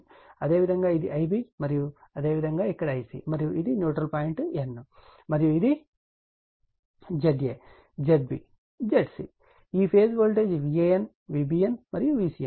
అదేవిధంగా ఇది Ib మరియు అదేవిధంగా ఇక్కడ Ic మరియు ఇది న్యూట్రల్ పాయింట్ N మరియు ఇది Za Zb Zc మరియు ఈ ఫేజ్ వోల్టేజ్ VAN VBN మరియు VCN